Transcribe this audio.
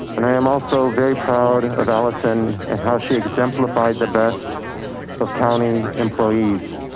and i am also very proud of allison and how she exemplified the best of county employees.